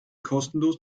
kostenlos